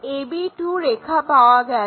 ab2 রেখা পাওয়া গেল